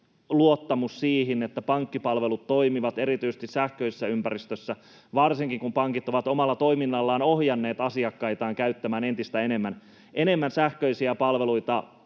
luottamus siihen, että pankkipalvelut toimivat erityisesti sähköisessä ympäristössä, varsinkin kun pankit ovat omalla toiminnallaan ohjanneet asiakkaitaan käyttämään entistä enemmän sähköisiä palveluita